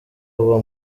buba